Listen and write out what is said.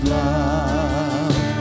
love